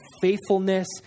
faithfulness